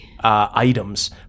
items